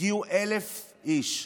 הגיעו 1,000 איש.